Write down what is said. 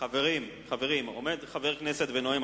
חברים, עומד חבר כנסת ונואם.